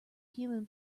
human